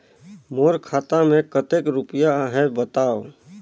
मोर खाता मे कतेक रुपिया आहे बताव?